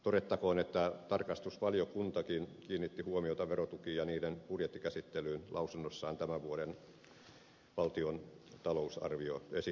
todettakoon että tarkastusvaliokuntakin kiinnitti huomiota verotukiin ja niiden budjettikäsittelyyn lausunnossaan tämän vuoden valtion talousarvioesityksestä